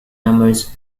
numerous